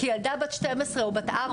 כי ילדה בת 12 או בת 4,